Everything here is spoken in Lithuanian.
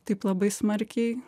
taip labai smarkiai